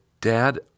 Dad